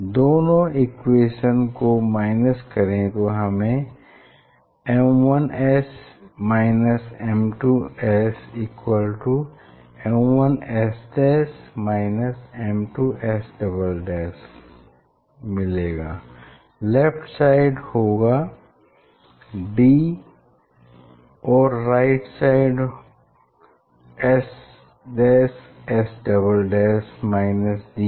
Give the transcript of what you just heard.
दोनों इक्वेशंस को माइनस करें तो हमें M1S M2SM1S M2S left side होगा d और राइट साइड SS d होगा